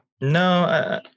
No